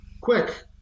quick